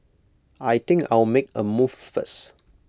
I think I'll make A move first